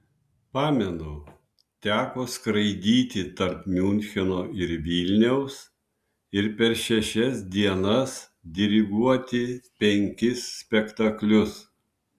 pamenu teko skraidyti tarp miuncheno ir vilniaus ir per šešias dienas diriguoti penkis spektaklius